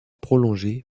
prolongée